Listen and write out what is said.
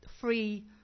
free